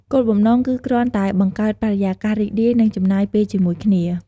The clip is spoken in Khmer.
គោលបំណង គឺគ្រាន់តែបង្កើតបរិយាកាសរីករាយ និងចំណាយពេលជាមួយគ្នា។